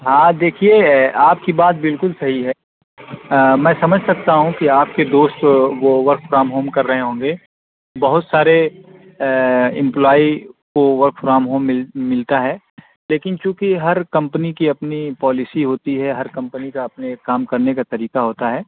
ہاں دیکھیے آپ کی بات بالکل صحیح ہے میں سمجھ سکتا ہوں کہ آپ کے دوست وہ ورک فرام ہوم کر رہے ہوں گے بہت سارے امپلائی کو ورک فرام ہوم مل ملتا ہے لیکن چونکہ ہر کمپنی کی اپنی پالیسی ہوتی ہے ہر کمپنی کا اپنے ایک کام کرنے کا طریقہ ہوتا ہے